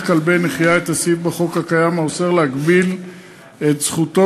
כלבי נחייה את הסעיף בחוק הקיים האוסר להגביל את זכותו